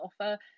offer